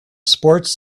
sports